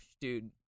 dude